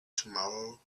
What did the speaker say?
tomorrow